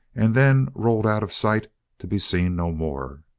and then rolled out of sight to be seen no more.